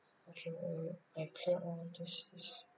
okay uh I click on this this